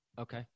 Okay